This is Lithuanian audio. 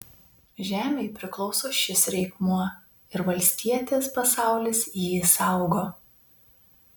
žemei priklauso šis reikmuo ir valstietės pasaulis jį saugo